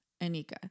Anika